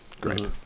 Great